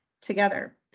together